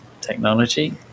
technology